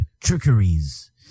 trickeries